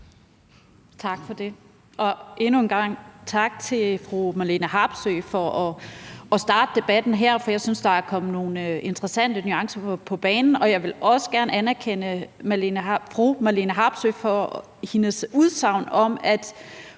Tak for det, og endnu en gang tak til fru Marlene Harpsøe for at starte debatten her, for jeg synes, at der er kommet nogle interessante nuancer på banen. Jeg vil også gerne anerkende fru Marlene Harpsøe for hendes udsagn om, at